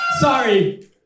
Sorry